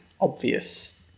obvious